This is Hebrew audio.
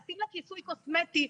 לשים לה כיסוי קוסמטי,